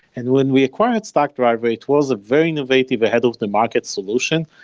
and when we acquired stackdriver, it was a very innovative ahead of the market solution,